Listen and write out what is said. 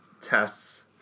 tests